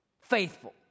faithful